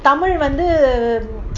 tamil வந்து:vandhu